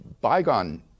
bygone